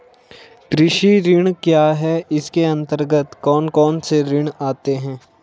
कृषि ऋण क्या है इसके अन्तर्गत कौन कौनसे ऋण आते हैं?